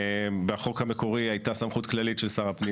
בחוק המקורי היתה סמכות כללית של שר הפנים